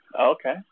Okay